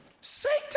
Satan